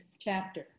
chapter